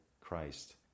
Christ